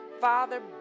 Father